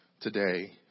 today